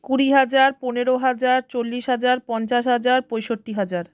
কুড়ি হাজার পনেরো হাজার চল্লিশ হাজার পঞ্চাশ হাজার পঁয়ষট্টি হাজার